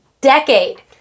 decade